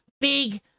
big